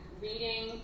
reading